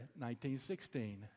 1916